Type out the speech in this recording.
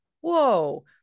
whoa